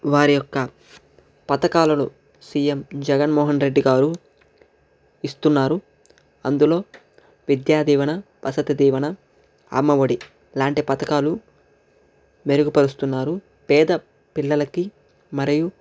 వారి యొక్క పథకాలను సీఎం జగన్మోహన్రెడ్డి గారు ఇస్తున్నారు అందులో విద్యాదీవన వసతిదీవన అమ్మఒడి లాంటి పథకాలు మెరుగుపరుస్తున్నారు పేద పిల్లలకి మరియు